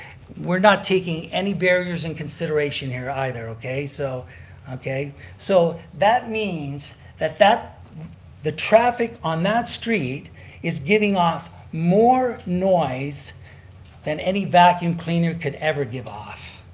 we're not taking any barriers in consideration here either. okay? so so that means that that the traffic on that street is giving off more noise than any vacuum cleaner could ever give off.